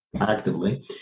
actively